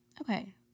Okay